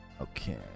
Okay